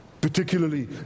particularly